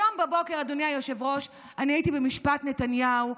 היום בבוקר, אדוני היושב-ראש, הייתי במשפט נתניהו.